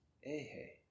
Hey